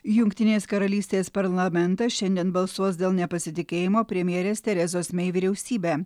jungtinės karalystės parlamentas šiandien balsuos dėl nepasitikėjimo premjerės terezos mei vyriausybe